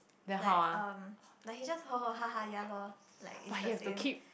like um like he just ho ho ha ha ya loh like it's the same